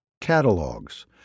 Catalogs